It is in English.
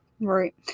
Right